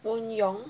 woon yong